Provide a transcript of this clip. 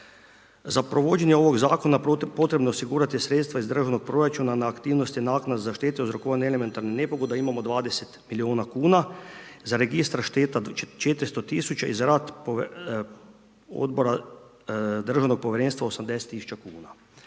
Za provođenje ovog zakona potrebno je osigurati sredstva iz državnog proračuna na aktivnosti naknade za štetu uzrokovane elementarnim nepogodama, imamo 20 milijuna kuna, za Registar šteta 400 000 i za rad Odbora državnog povjerenstva 80 000 kuna.